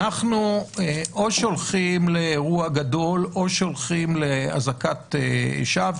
אנחנו או שהולכים לאירוע גדול או שהולכים לאזעקת שווא,